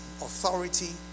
authority